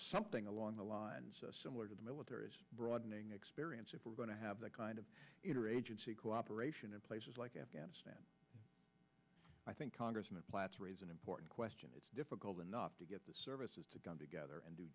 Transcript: something along the lines similar to the military broadening experience if we're going to have the kind of interagency cooperation in places like afghanistan i think congressman plats raise an important question it's difficult enough to get the services to come together and do